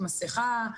מסכה,